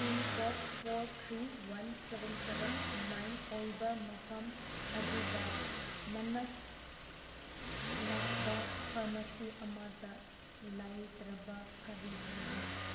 pin code four three one seven seven nine ꯑꯣꯏꯕ ꯃꯐꯝ ꯑꯗꯨꯗ ꯃꯅꯥꯛ ꯅꯛꯄ ꯐꯥꯔꯃꯥꯁꯤ ꯑꯃꯠꯇ ꯂꯩꯇ꯭ꯔꯤꯕ ꯀꯔꯤꯒꯤꯅꯣ